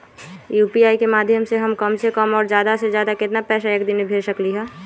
UPI के माध्यम से हम कम से कम और ज्यादा से ज्यादा केतना पैसा एक दिन में भेज सकलियै ह?